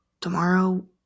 tomorrow